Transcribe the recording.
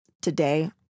today